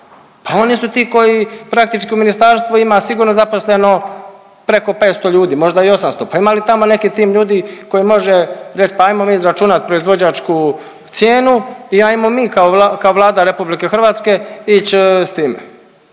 Pa oni su ti koji praktički u ministarstvu ima sigurno zaposleno preko 500 ljudi, možda i 800. Pa ima li tamo neki tim ljudi koji može reći, pa hajmo mi izračunati proizvođačku cijenu i hajmo mi kao Vlada Republike Hrvatske ići sa time.